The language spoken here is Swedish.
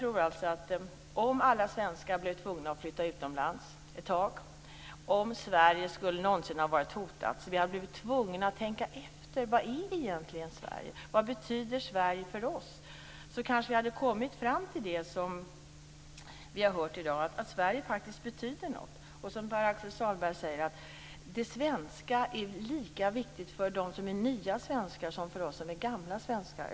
Om alla svenskar blev tvungna att flytta utomlands ett tag och om Sverige någon gång hade varit hotat hade vi blivit tvungna att tänka på vad Sverige egentligen är och vad Sverige betyder för oss. Då hade vi kanske kommit fram till det som vi har hört i dag, nämligen att Sverige faktiskt betyder något. Som Pär Axel Sahlberg säger är det svenska lika viktigt för dem som är nya svenskar som för oss som är gamla svenskar.